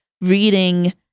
reading